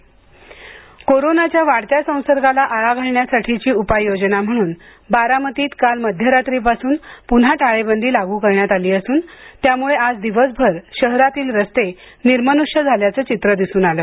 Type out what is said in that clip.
बारामती टाळेबंदी कोरोनाचा वाढत्या संसर्गाला आळा घालण्यासाठीची उपाययोजना म्हणून बारामतीत काल मध्यरात्रीपासून पुन्हा टाळेबंदी लागू करण्यात आली असून त्यामुळं आज दिवसभर शहरातील रस्ते निर्मनुष्य झाल्याचं चित्र दिसून आलं